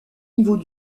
niveau